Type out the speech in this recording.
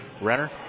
Renner